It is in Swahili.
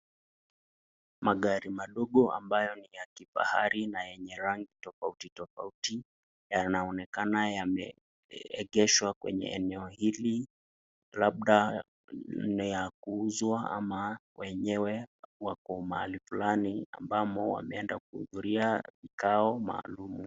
Magari madogo ambayo ni ya kifahari na yenye rangi tofauti tofauti yanaonekana yameegeshwa kwenye eneo hili labda ni ya kuuza ama wenyewe wako fulani ambamo wameenda kuhudhuria vikao maalumu.